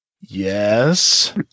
yes